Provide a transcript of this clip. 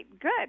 Good